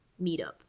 meetup